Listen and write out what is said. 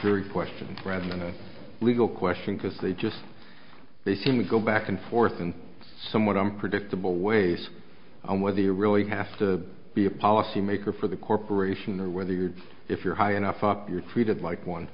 jury question rather than a legal question because they just they seem to go back and forth in somewhat unpredictable ways on whether you really have to be a policymaker for the corporation or whether you're if you're high enough up you're treated like one